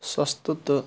سَستہٕ تہٕ